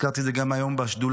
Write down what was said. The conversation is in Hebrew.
הזכרתי את זה גם היום בשדולה,